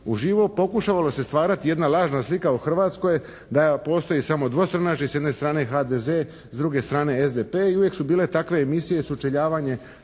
živo, pokušalo se stvarati jedna lažna slika o Hrvatskoj da postoji samo dvostranačje, s jedne strane HDZ s druge strane SDP i uvijek su bile takve emisije sučeljavanje